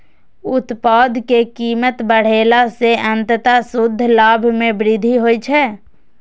उत्पाद के कीमत बढ़ेला सं अंततः शुद्ध लाभ मे वृद्धि होइ छै